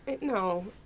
No